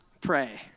pray